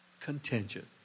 contingent